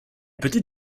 petite